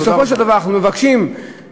בסופו של דבר אנחנו מבקשים שהפתרון